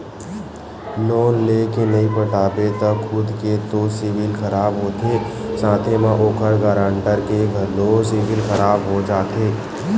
loan लेय के नइ पटाबे त खुद के तो सिविल खराब होथे साथे म ओखर गारंटर के घलोक सिविल खराब हो जाथे